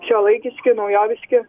šiuolaikiški naujoviški